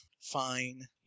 Fine